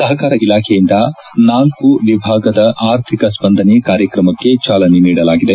ಸಹಕಾರ ಇಲಾಖೆಯಿಂದ ನಾಲ್ಲು ವಿಭಾಗದ ಆರ್ಥಿಕ ಸ್ಪಂದನೆ ಕಾರ್ಯಕ್ರಮಕ್ಕೆ ಚಾಲನೆ ನೀಡಲಾಗಿದೆ